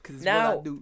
Now